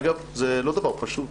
אגב, זה לא דבר פשוט.